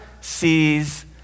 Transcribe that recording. sees